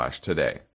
today